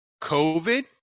COVID